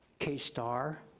kay starr,